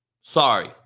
Sorry